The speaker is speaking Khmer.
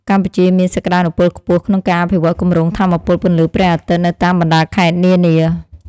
កម្ពុជាមានសក្តានុពលខ្ពស់ក្នុងការអភិវឌ្ឍគម្រោងថាមពលពន្លឺព្រះអាទិត្យនៅតាមបណ្តាខេត្តនានា។